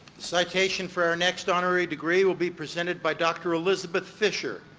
citation for our next honorary degree will be presented by dr. elizabeth fisher,